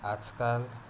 आजकाल